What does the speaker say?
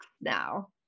now